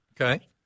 Okay